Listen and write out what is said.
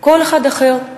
כל אחד אחר,